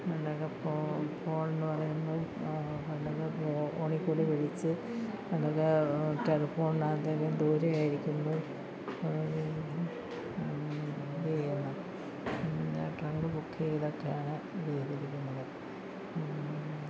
പണ്ടൊക്കെ ഫോൺ ഫോൺന്ന് പറയുന്നത് പണ്ടൊക്കെ ഫോണീ കൂടി വിളിച്ച് പണ്ടൊക്കെ ടെലഫോൺനകത്തേക്ക് ദൂരെ ആയിരിക്കുമ്പോൾ ഇത് ചെയ്യണം പണ്ട് ബുക്ക് ചെയ്തൊക്കെയാണ് ഇത് ചെയ്തിരിക്കുന്നത്